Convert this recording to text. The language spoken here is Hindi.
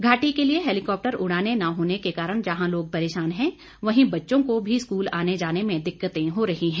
घाटी के लिए हैलिकॉप्टर उड़ाने न होने के कारण जहां लोग परेशान हैं वहीं बच्चों को भी स्कूल आने जाने में दिक्कतें हो रही है